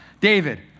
David